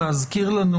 להזכיר לנו